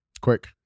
Quick